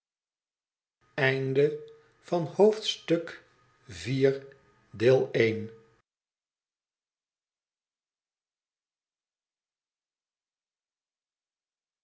hoofdstuk van het